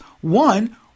One